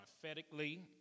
prophetically